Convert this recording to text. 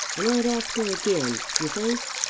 i might ask her again, you think?